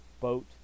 boat